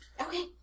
Okay